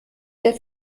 der